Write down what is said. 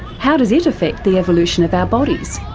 how does it affect the evolution of our bodies?